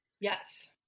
Yes